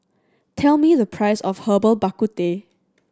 tell me the price of Herbal Bak Ku Teh